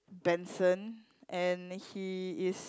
Benson and he is